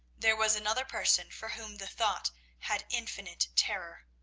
there was another person for whom the thought had infinite terror.